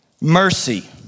Mercy